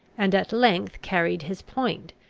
and at length carried his point,